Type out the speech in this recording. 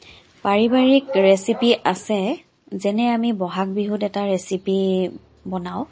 পাৰিবাৰিক ৰেচিপি আছে যেনে আমি বহাগ বিহুত এটা ৰেচিপি বনাওঁ